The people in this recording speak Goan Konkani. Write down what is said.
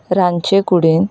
रांदचेकुडींत